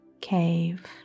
cave